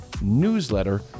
newsletter